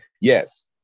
Yes